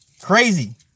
crazy